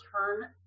turn